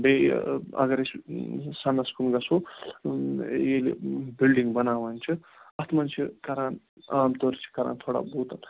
بیٚیہِ اگر أسۍ سَنَس کُن گَژھو ییٚلہِ بِلڈِنٛگ بَناوان چھِ اَتھ منٛز چھِ کَران عام طور چھِ کَران تھوڑا بہت